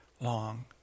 long